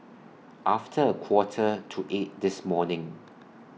after A Quarter to eight This morning